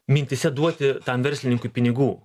mintyse duoti tam verslininkui pinigų